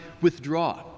withdraw